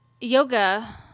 yoga